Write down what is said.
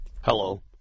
Hello